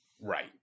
Right